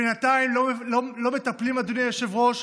בינתיים לא מטפלים, אדוני היושב-ראש,